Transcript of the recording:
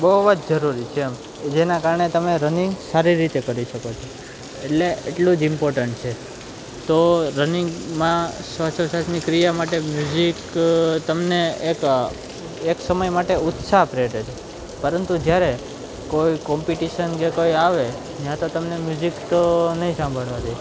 બહુ જ જરૂરી છે એમ જેનાં કારણે તમે રનિંગ સારી રીતે કરી શકો છો એટલે એટલું જ ઇમ્પોર્ટન્ટ છે તો રનિંગમાં શ્વાસોચ્છવાસની ક્રિયા માટે મ્યુજિક તમને એક એક સમય માટે ઉત્સાહ પ્રેરે છે પરંતુ જ્યારે કોઈ કોમ્પિટિશન કે કંઈ આવે ત્યાં તો તમને મ્યુજિક તો નહીં સાંભળવા દે